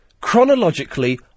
chronologically